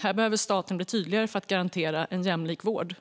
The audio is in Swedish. Här behöver staten bli tydligare för att garantera en jämlik vård.